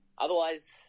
Otherwise